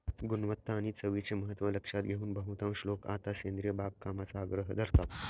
गुणवत्ता आणि चवीचे महत्त्व लक्षात घेऊन बहुतांश लोक आता सेंद्रिय बागकामाचा आग्रह धरतात